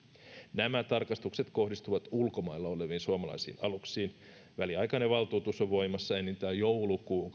nämä tarkastukset kohdistuvat ulkomailla oleviin suomalaisiin aluksiin väliaikainen valtuutus on voimassa enintään joulukuun